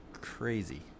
crazy